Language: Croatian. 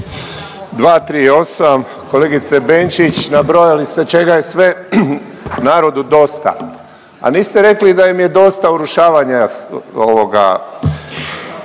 238., kolegice Benčić, nabrojali ste čega je sve narodu dosta, a niste rekli da im je dosta urušavanja ovoga